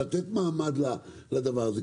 לתת מעמד לדבר הזה.